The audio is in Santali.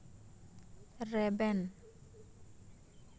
ᱨᱮᱵᱮᱱ